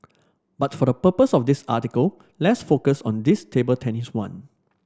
but for the purpose of this article let's focus on this table tennis one